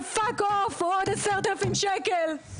ולא אכפת לי מעוד 10,000 ₪.